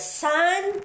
sun